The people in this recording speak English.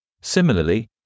Similarly